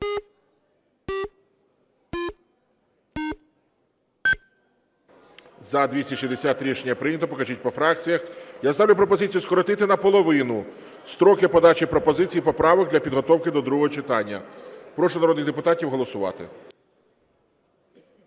За-260 Рішення прийнято. Покажіть по фракціях. Я ставлю пропозицію скоротити наполовину строки подачі пропозицій і поправок для підготовки до другого читання. Прошу народних депутатів голосувати.